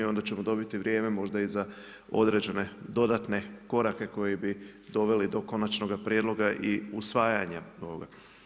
Onda ćemo dobiti vrijeme možda i za određene dodatne korake koji bi doveli do konačnoga prijedloga i usvajanja ovoga.